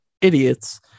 idiots